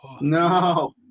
No